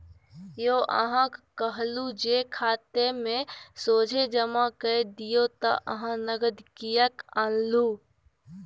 यौ अहाँक कहलहु जे खातामे सोझे जमा कए दियौ त अहाँ नगद किएक आनलहुँ